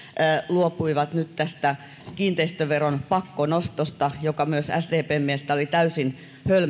luopuivat nyt tästä kiinteistöveron pakkonostosta joka myös sdpn mielestä oli täysin hölmö